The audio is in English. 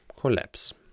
collapse